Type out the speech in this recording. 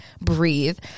breathe